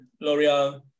L'Oreal